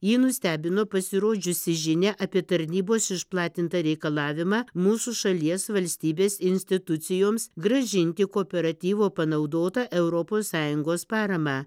jį nustebino pasirodžiusi žinia apie tarnybos išplatintą reikalavimą mūsų šalies valstybės institucijoms grąžinti kooperatyvo panaudotą europos sąjungos paramą